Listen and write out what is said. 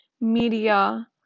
media